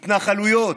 התנחלויות.